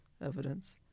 evidence